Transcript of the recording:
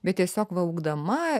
bet tiesiog va augdama